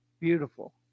Beautiful